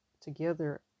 together